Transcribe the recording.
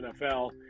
NFL